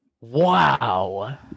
Wow